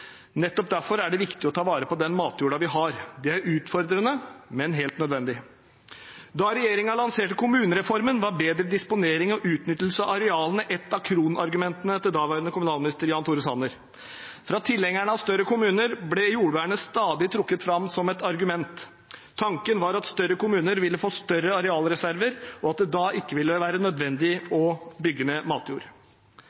Nettopp derfor er det viktig å ta vare på den matjorda vi har. Det er utfordrende, men helt nødvendig. Da regjeringen lanserte kommunereformen, var bedre disponering og utnyttelse av arealene et av kronargumentene til daværende kommunalminister Jan Tore Sanner. Fra tilhengerne av større kommuner ble jordvernet stadig trukket fram som et argument. Tanken var at større kommuner ville få større arealreserver, og at det da ikke ville være nødvendig å